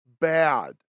bad